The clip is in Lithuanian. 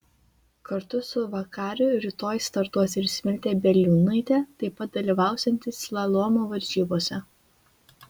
kartu su vakariu rytoj startuos ir smiltė bieliūnaitė taip pat dalyvausianti slalomo varžybose